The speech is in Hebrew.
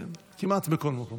כמעט בכל מקום.